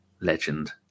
legend